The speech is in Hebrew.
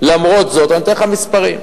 למרות זאת, אני נותן לך מספרים: